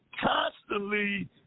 constantly